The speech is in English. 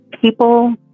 people